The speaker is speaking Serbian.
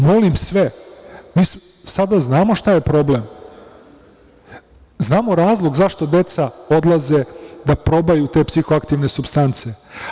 Molim sve, sada znamo šta je problem, znamo razlog zašto deca odlaze da probaju te psihoaktivne supstance.